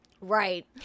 Right